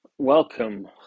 welcome